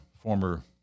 former